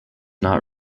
not